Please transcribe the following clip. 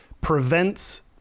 prevents